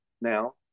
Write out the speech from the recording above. now